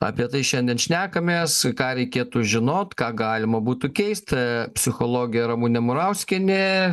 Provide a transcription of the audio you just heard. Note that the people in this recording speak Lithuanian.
apie tai šiandien šnekamės ką reikėtų žinot ką galima būtų keist psichologė ramunė murauskienė